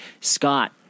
Scott